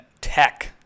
tech